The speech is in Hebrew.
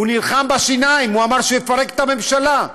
הוא נלחם בשיניים, הוא אמר שיפרק את הממשלה.